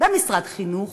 במשרד חינוך,